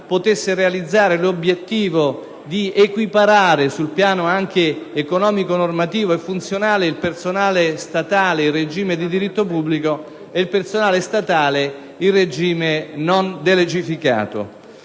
conseguire l'obiettivo di equiparare, anche sul piano economico, normativo e funzionale, il personale statale in regime di diritto pubblico e il personale statale in regime non delegificato.